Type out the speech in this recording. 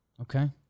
Okay